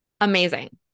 Amazing